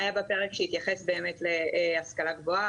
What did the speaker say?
היה בה פרק שהתייחס באמת להשכלה גבוהה,